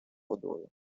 водою